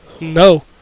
No